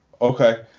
Okay